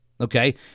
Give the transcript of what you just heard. Okay